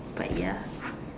but ya